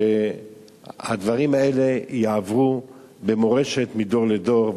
שהדברים האלה יעברו במורשת מדור לדור.